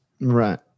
right